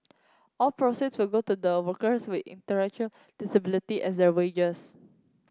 all proceeds go to the workers with intellectual disability as their wages